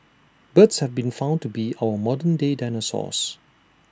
birds have been found to be our modern day dinosaurs